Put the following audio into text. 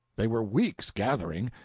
they were weeks gathering.